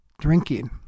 drinking